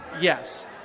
yes